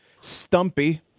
Stumpy